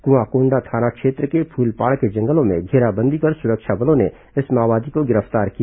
कुआंकोंडा थाना क्षेत्र के फूलपाड़ के जंगलों में घेराबंदी कर सुरक्षा बलों ने इस माओवादी को गिरफ्तार किया